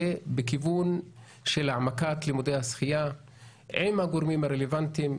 בכיוון של העמקת לימודי השחייה עם הגורמים הרלוונטיים.